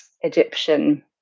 Egyptian